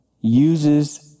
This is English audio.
uses